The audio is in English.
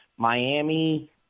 Miami